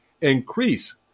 increase